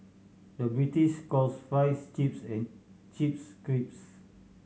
the British calls fries chips and chips crisps